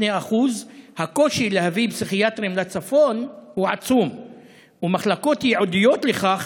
2%. הקושי להביא פסיכיאטרים לצפון הוא עצום ומחלקות ייעודיות לכך,